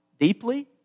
deeply